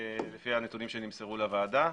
לפי הנתונים שנמסרו לוועדה,